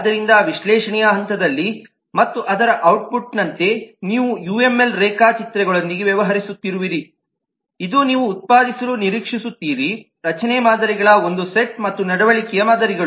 ಆದ್ದರಿಂದ ವಿಶ್ಲೇಷಣೆಯ ಹಂತದಲ್ಲಿ ಮತ್ತು ಅದರ ಔಟ್ಪುಟ್ನಂತೆ ನೀವು ಯುಎಂಎಲ್ ರೇಖಾಚಿತ್ರಗಳೊಂದಿಗೆ ವ್ಯವಹರಿಸುತ್ತಿರುವಿರಿ ಇದು ನೀವು ಉತ್ಪಾದಿಸಲು ನಿರೀಕ್ಷಿಸುತ್ತೀರಿ ರಚನೆ ಮಾದರಿಗಳ ಒಂದು ಸೆಟ್ ಮತ್ತು ನಡವಳಿಕೆಯ ಮಾದರಿಗಳು